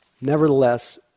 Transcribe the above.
Nevertheless